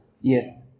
Yes